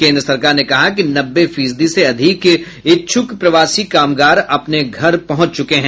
केंद्र सरकार ने कहा कि नब्बे फीसदी से अधिक इच्छुक प्रवासी कामगार अपने घर पहुंच चुके हैं